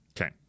Okay